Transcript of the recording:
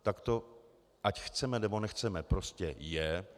Tak to ať chceme, nebo nechceme, prostě je.